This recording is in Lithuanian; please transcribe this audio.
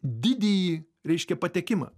didįjį reiškia patekimą